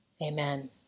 Amen